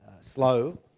slow